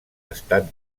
estat